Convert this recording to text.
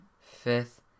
fifth